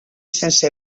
sense